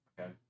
Okay